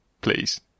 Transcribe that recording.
please